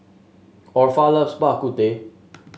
Orpha loves Bak Kut Teh